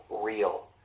real